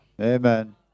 Amen